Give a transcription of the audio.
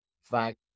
fact